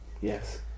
Yes